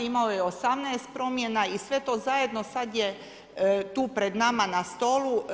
Imao je 18 promjena i sve to zajedno sad je tu pred nama na stolu.